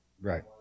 Right